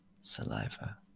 saliva